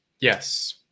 Yes